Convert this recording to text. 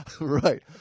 Right